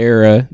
Era